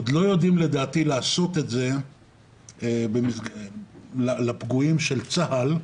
עוד לא יודעים לדעתי לעשות את זה לפגועים של צה"ל.